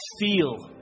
feel